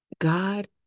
God